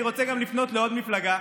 אני גם רוצה לפנות לעוד מפלגה,